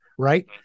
Right